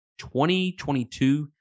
2022